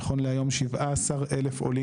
נכון להיום 17,000 עולים,